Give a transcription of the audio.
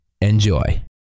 Enjoy